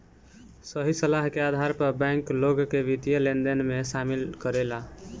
सही सलाह के आधार पर बैंक, लोग के वित्तीय लेनदेन में शामिल करेला